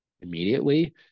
immediately